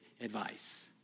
advice